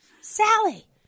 Sally